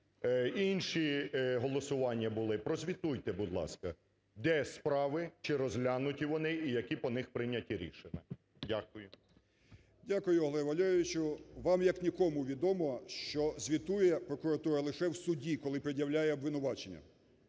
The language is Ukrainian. Інші голосування були. Прозвітуйте, будь ласка, де справи, чи розглянуті вони і які по них прийняті рішення. Дякую. 16:21:34 ЛУЦЕНКО Ю.В. Дякую, Олег Валерійович. Вам, як нікому, відомо, що звітує прокуратура лише в суді, коли пред'являє обвинувачення.